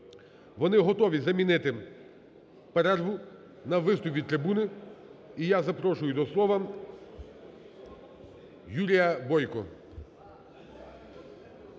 Вони готові замінити перерву на виступ від трибуни. І я запрошую до слова Юрія Бойка.